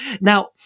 Now